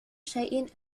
شيء